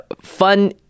fun